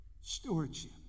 Stewardship